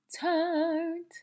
turned